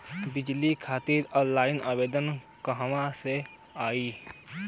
बिजली खातिर ऑनलाइन आवेदन कहवा से होयी?